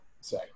say